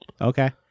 Okay